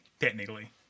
technically